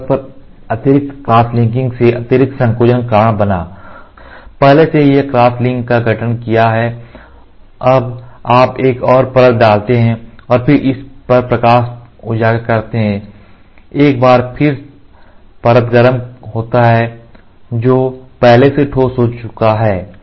इस परत पर अतिरिक्त क्रॉसलिंक ने अतिरिक्त संकोचन का कारण बना पहले से ही यह क्रॉस लिंक का गठन किया है अब आप एक और परत डालते हैं और फिर इस पर प्रकाश उजागर करते हैं एक बार फिर परत गरम होता है जो पहले से ठोस हो चुका है